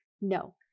No